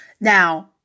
Now